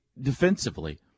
defensively